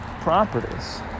properties